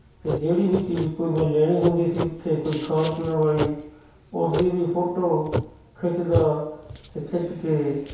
ਅਤੇ ਜਿਹੜੀ ਵੀ ਚੀਜ਼ ਕੋਈ ਮੈਂ ਲੈਣੀ ਹੁੰਦੀ ਸੀ ਉੱਥੇ ਕੋਈ ਖਾਣ ਪੀਣ ਵਾਲੀ ਉਸਦੀ ਵੀ ਫੋਟੋ ਖਿੱਚਦਾ ਅਤੇ ਖਿੱਚ ਕੇ